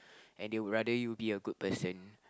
and they would rather you be a good person